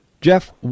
Jeff